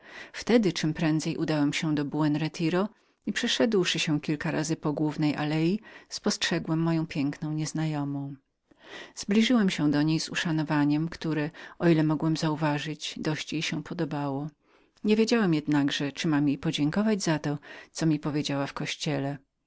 wtedy sam czemprędzej udałem się do buen retiro i przeszedłszy się kilka razy po głównej alei spostrzegłem moją piękną nieznajomą zbliżyłem się do niej z uszanowaniem które o ile mogłem uważać dość jej się podobało nie wiedząc jednakże czyli miałem jej podziękować za to co mi powiedziała w kościele